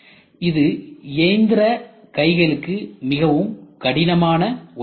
இது இயந்திர கைகளுக்கு மிகவும் கடினமான ஒன்றாகும்